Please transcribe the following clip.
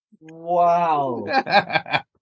Wow